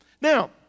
Now